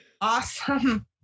awesome